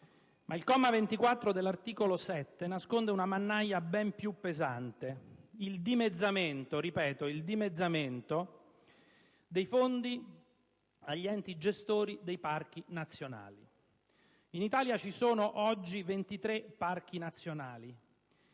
Ma il comma 24 dell'articolo 7 nasconde una mannaia ben più pesante: il dimezzamento - lo ripeto: il dimezzamento - dei fondi per gli enti gestori dei parchi nazionali. In Italia ci sono oggi 23 parchi nazionali,